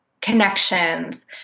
connections